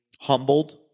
humbled